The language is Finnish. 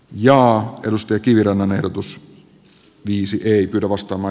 joo tellusta kivirannan ehdotus viisi ei arvostama